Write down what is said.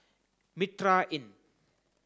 Mitraa Inn